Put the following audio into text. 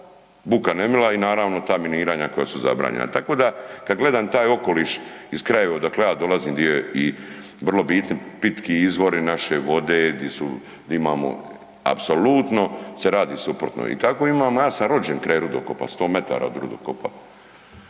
buka nemila i naravno, ta miniranja koja su zabranjena. Tako da, kad gledam taj okoliš iz krajeva odakle ja dolazim, di je i vrlo bitni pitki izvori naše vode, di su, di imamo, apsolutno se radi suprotno i tako imamo i masa .../Govornik se ne razumije./... kraj rudokopa, 100 metara od rudokopa.